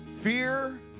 Fear